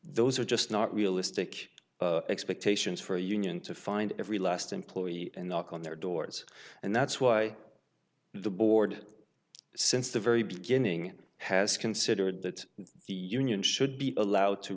those are just not realistic expectations for a union to find every last employee and knock on their doors and that's why the board since the very beginning has considered that the union should be allowed to